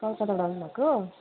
कलकत्ताबाट आउनुभएको